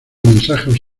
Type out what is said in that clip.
mensajes